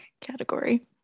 category